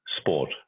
sport